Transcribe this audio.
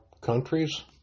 countries